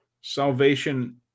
salvation